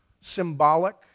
symbolic